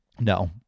No